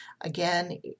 Again